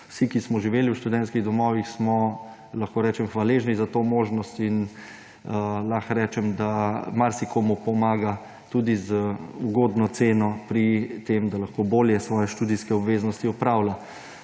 Vsi, ki smo živeli v študentskih domovih, smo, lahko rečem, hvaležni za to možnost in lahko rečem, da marsikomu to tudi z ugodno ceno pomaga pri tem, da lahko bolje opravlja svoje študijske obveznosti. Prav